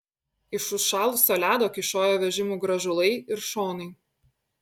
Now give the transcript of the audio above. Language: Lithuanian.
iš užšalusio ledo kyšojo vežimų grąžulai ir šonai